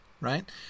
right